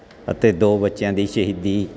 ਅਤੇ ਦੋ ਬੱਚਿਆਂ ਦੀ ਸ਼ਹੀਦੀ